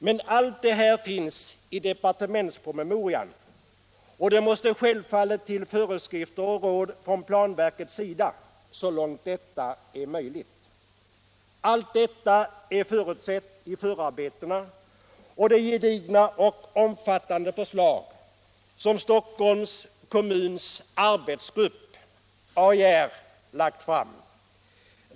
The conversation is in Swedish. Men allt detta finns i departementspromemorian, och det måste självfallet till föreskrifter och råd från planverkets sida så långt det är möjligt. Allt detta är förutsett i förarbetena och det gedigna och omfattande förslag som Stockholms kommuns arbetsgrupp, AIR, lagt fram.